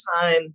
time